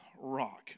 rock